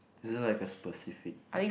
is just like a specific like